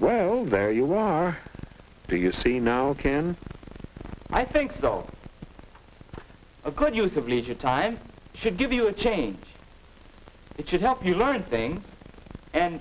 well there you are do you see now can i think solve a good use of leisure time should give you a change it should help you learn things and